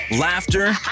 laughter